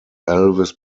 elvis